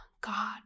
God